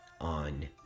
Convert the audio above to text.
on